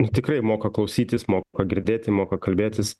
ir tikrai moka klausytis moka girdėti moka kalbėtis